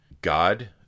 God